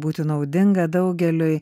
būti naudinga daugeliui